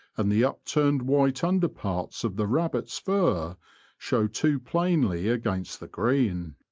and the upturned white under-parts of the rabbit's fur show too plainly against the green.